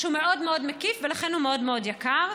שהוא מאוד מאוד מקיף ולכן הוא מאוד מאוד יקר,